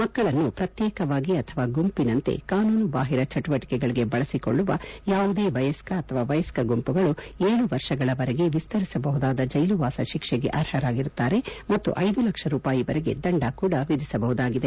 ಮಕ್ಕಳನ್ನು ಪ್ರತ್ಯೇಕವಾಗಿ ಅಥವಾ ಗುಂಪಿನಂತೆ ಕಾನೂನು ಬಾಹಿರ ಚಟುವಟಿಕೆಗಳಿಗೆ ಬಳಸಿಕೊಳ್ಳುವ ಯಾವುದೇ ವಯಸ್ತ ಅಥವಾ ವಯಸ್ತ ಗುಂಪುಗಳು ಏಳು ವರ್ಷಗಳವರೆಗೆ ವಿಸ್ತರಿಸಬಹುದಾದ ಜೈಲುವಾಸ ಶಿಕ್ಷೆಗೆ ಅರ್ಹರಾಗಿರುತ್ತಾರೆ ಮತ್ತು ಐದು ಲಕ್ಷ ರೂಪಾಯಿಗಳವರೆಗೆ ದಂಡ ಕೂಡಾ ವಿಧಿಸಬಹುದಾಗಿದೆ